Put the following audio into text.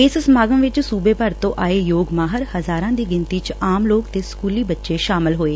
ਇਸ ਸਮਾਗਮ ਵਿਚ ਸੁਬੇ ਭਰ ਤੋਂ ਆਏ ਯੋਗ ਮਾਹਿਰ ਹਜਾਰਾਂ ਦੀ ਗਿਣਤੀ ਚ ਆਮ ਲੋਕ ਤੇ ਸਕੁਲੀ ਬੱਚੇ ਸ਼ਾਮਲ ਹੋਏ